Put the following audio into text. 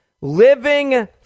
Living